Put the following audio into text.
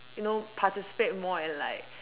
you know participate more in like